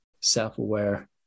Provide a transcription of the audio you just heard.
self-aware